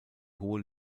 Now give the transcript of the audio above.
hohe